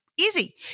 easy